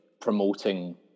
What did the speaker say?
promoting